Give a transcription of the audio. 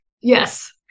Yes